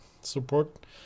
support